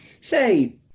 say